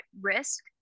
risk